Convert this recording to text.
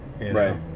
right